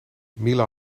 mila